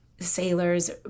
sailors